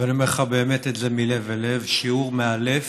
ואני אומר לך את זה באמת מלב אל לב, שיעור מאלף